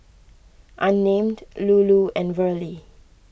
unnamed Lulu and Verlie